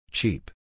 Cheap